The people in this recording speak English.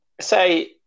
say